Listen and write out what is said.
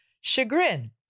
chagrin